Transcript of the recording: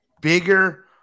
bigger